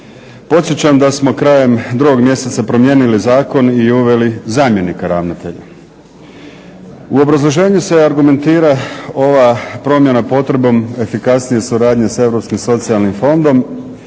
Podsjećam da smo krajem 2. mjeseca promijenili zakon i uveli zamjenika ravnatelja. U obrazloženju se argumentira ova promjena potrebom efikasnije suradnje sa Europskim socijalnim fondom